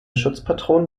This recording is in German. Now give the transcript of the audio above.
schutzpatron